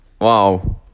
Wow